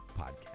podcast